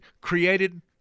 created